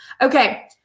Okay